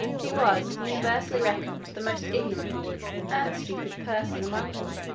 he was universally reckoned the most ignorant and stupid person among them.